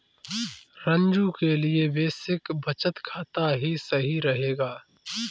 रंजू के लिए बेसिक बचत खाता ही सही रहेगा